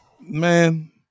Man